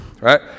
right